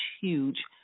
huge